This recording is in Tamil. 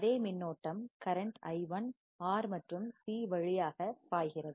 அதே மின்னோட்டம் கரண்ட் i1 R மற்றும் C வழியாக பாய்கிறது